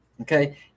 okay